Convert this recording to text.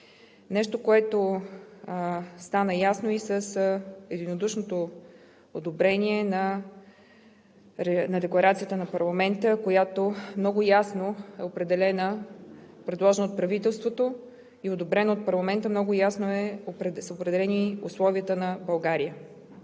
нещо, което стана ясно и с единодушното одобрение на Декларацията на парламента, която е предложена от правителството и одобрена от парламента, където много ясно са определени условията на България.